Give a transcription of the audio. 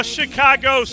Chicago